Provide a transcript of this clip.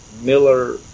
Miller